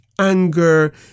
anger